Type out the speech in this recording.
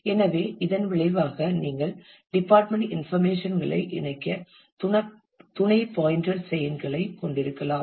எனவே இதன் விளைவாக நீங்கள் டிபார்ட்மென்ட் இன்ஃபர்மேஷன்களை இணைக்க துணை பாயின்டர் செயின்களை கொண்டிருக்கலாம்